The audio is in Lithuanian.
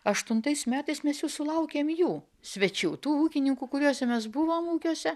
aštuntais metais mes jau sulaukėm jų svečių tų ūkininkų kuriuose mes buvom ūkiuose